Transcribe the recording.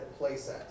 playset